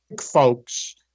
folks